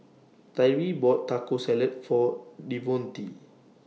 Tyree bought Taco Salad For Devonte